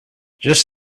just